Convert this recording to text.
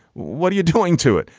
what are you doing to it?